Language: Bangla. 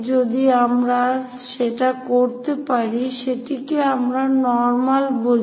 যদি আমরা সেটা করতে পারি সেটিকেই আমরা নর্মাল বলি